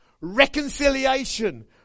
reconciliation